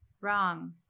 Wrong